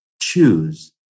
choose